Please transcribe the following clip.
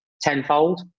tenfold